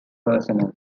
personnel